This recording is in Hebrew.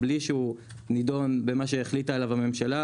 מבלי שהוא נדון במה שהחליטה עליו הממשלה,